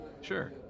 Sure